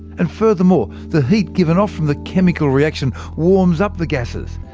and furthermore, the heat given off from the chemical reaction warms up the gases,